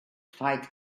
fight